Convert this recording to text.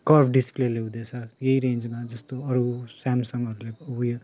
curve display ल्याउँदैछ यही रेन्जमा जस्तो अरू स्यामसङहरूले उयो